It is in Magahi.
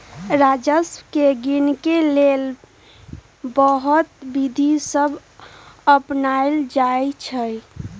राजस्व के गिनेके लेल बहुते विधि सभ अपनाएल जाइ छइ